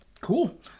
Cool